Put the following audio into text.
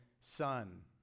son